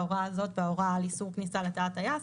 ההוראה הזאת וההוראה על איסור כניסה לתא הטייס.